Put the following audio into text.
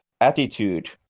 attitude